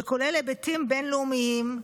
שכולל היבטים בין-לאומיים,